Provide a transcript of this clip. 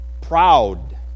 Proud